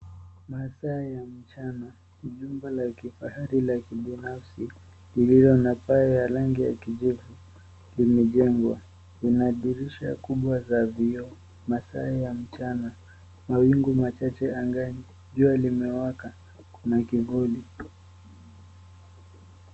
Masaa ya mchana ni nyumba la kifahari la kibinafsi lililo na paa ya rangi ya kijivu liliojengwa, inadarisha kubwa za vioo. Masaa ya mchana mawingu machache angani ,jua limewaka kuna kivuli.